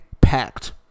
packed